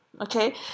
Okay